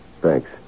Thanks